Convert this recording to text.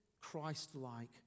Christ-like